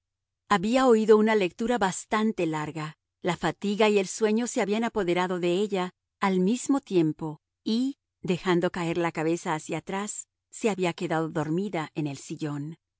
había oído una lectura bastante larga la fatiga y el sueño se habían apoderado de ella al mismo tiempo y dejando caer la cabeza hacia atrás se había quedado dormida en el sillón